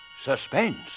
suspense